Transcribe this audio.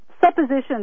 suppositions